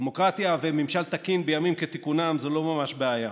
דמוקרטיה וממשל תקין בימים כתיקונם זה לא ממש בעיה,